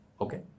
Okay